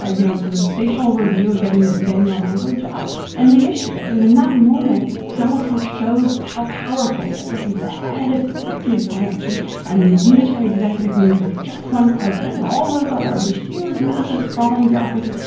ah you know, sort of facial review of getting the getting the language out and they issued it. and then that moment, donald trump shows how powerful he is. right. he's the head of the executive branch. and and the unitary executive means there's just one president and all those other of this huge, massive, sprawling bureaucracy,